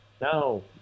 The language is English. No